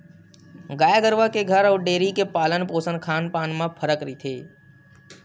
गाय गरुवा के घर अउ डेयरी के पालन पोसन खान पान म फरक रहिथे